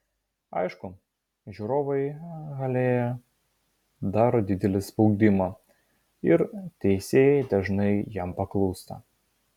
aišku žiūrovai halėje daro didelį spaudimą ir teisėjai dažnai jam paklūsta